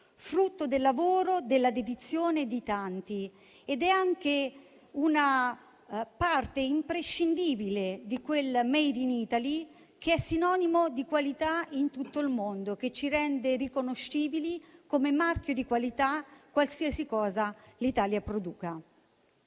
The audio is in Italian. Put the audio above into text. frutto del lavoro e della dedizione di tanti, ed è anche una parte imprescindibile di quel *made in Italy* che è sinonimo di qualità in tutto il mondo e che ci rende riconoscibili come marchio di qualità, qualsiasi cosa l'Italia produca.